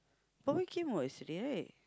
boy boy came what yesterday right